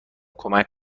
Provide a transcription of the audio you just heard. کمک